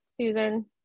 Susan